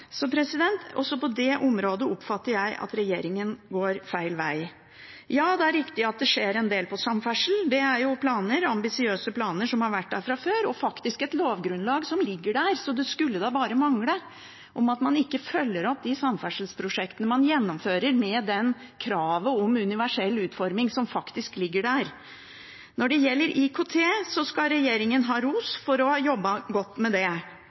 Også på det området oppfatter jeg at regjeringen går feil vei. Ja, det er riktig at det skjer en del innen samferdsel. Det er ambisiøse planer som har vært der fra før. Og faktisk ligger det et lovgrunnlag der, så det skulle bare mangle at man ikke følger opp de samferdselsprosjektene man gjennomfører, med kravene om universell utforming, som faktisk ligger der. Når det gjelder IKT, skal regjeringen ha ros for å ha jobbet godt med det.